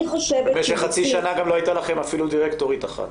אחרי שחצי שנה גם לא הייתה לכם אפילו דירקטורית אחת.